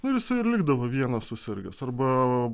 nu jisai ir likdavo vienas susirgęs arba